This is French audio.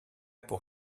pour